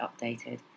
updated